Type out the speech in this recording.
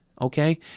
okay